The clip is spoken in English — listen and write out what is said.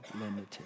limited